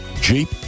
Jeep